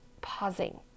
pausing